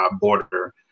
border